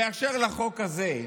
באשר לחוק הזה,